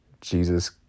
Jesus